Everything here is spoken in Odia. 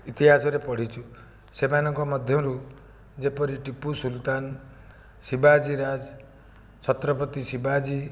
ଇତିହାସରେ ପଢ଼ିଛୁ ସେମାନଙ୍କ ମଧ୍ୟରୁ ଯେପରି ଟିପୁ ସୁଲତାନ ଶିବାଜୀ ରାଜ ଛତ୍ରପତି ଶିବାଜୀ